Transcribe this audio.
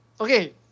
okay